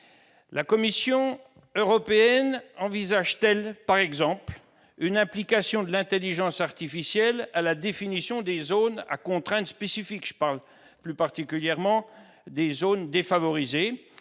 La Commission européenne envisage-t-elle, par exemple, une application de l'intelligence artificielle à la définition des zones à contraintes spécifiques ? Je veux parler plus particulièrement des zones défavorisées.